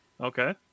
Okay